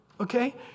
Okay